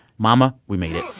mama, we made it.